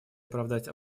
оправдать